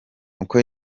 uko